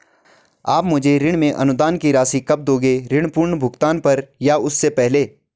आप मुझे ऋण में अनुदान की राशि कब दोगे ऋण पूर्ण भुगतान पर या उससे पहले?